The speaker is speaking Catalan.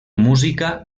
música